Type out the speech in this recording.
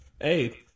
Hey